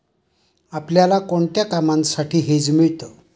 आपल्याला कोणत्या कामांसाठी हेज मिळतं?